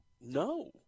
No